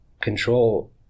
control